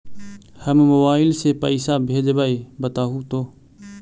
हम मोबाईल से पईसा भेजबई बताहु तो?